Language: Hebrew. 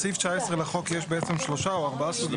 בסעיף 19 לחוק יש בעצם שלושה או ארבעה סוגים,